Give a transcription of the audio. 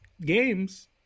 games